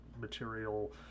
material